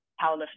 powerlifting